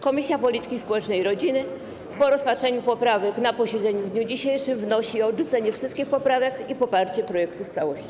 Komisja Polityki Społecznej i Rodziny po rozpatrzeniu poprawek na posiedzeniu w dniu dzisiejszym wnosi o odrzucenie wszystkich poprawek i poparcie projektu w całości.